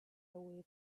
way